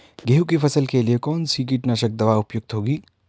गेहूँ की फसल के लिए कौन सी कीटनाशक दवा उपयुक्त होगी?